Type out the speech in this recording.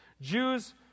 Jews